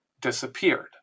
disappeared